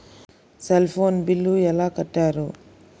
Cell phone bill ఎలా కట్టారు?